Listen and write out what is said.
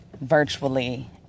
virtually